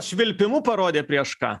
švilpimu parodė prieš ką